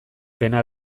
pena